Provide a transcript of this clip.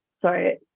sorry